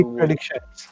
predictions